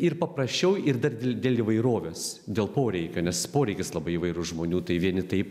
ir paprasčiau ir dar dėl įvairovės dėl poreikio nes poreikis labai įvairūs žmonių tai vieni tai